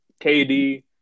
KD